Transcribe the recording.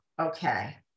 Okay